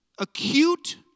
Acute